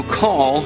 call